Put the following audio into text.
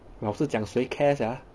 老师讲谁 care sia